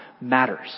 matters